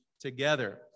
together